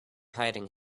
hiding